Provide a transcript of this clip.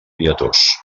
pietós